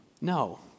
No